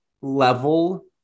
level